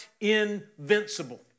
invincible